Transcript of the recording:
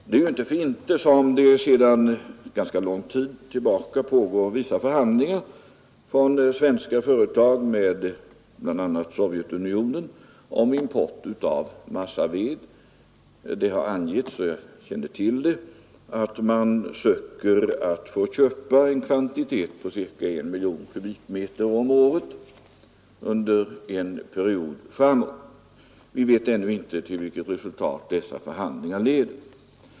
Det är inte för inte som det sedan lång tid tillbaka drivs förhandlingar av svenska företag med bl.a. Sovjetunionen om import av massaved. Det har angetts — och jag kände till det — att man söker få köpa en kvantitet på ca I miljon m? om året under en period framåt. Vi vet ännu inte till vilket resultat dessa förhandlingar leder.